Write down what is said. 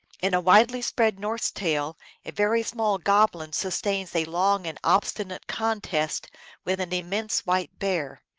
in a widely spread norse tale a very small goblin sustains a long and obstinate contest with an immense white bear.